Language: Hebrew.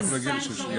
נגיע לשם,